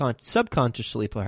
subconsciously